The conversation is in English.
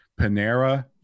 Panera